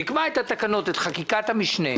נקבע את חקיקת המשנה,